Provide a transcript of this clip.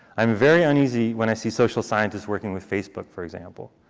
i am very uneasy when i see social sciences working with facebook for example.